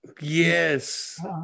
Yes